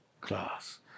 class